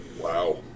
Wow